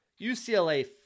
UCLA